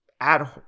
add